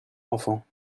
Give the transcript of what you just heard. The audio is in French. enfant